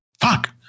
fuck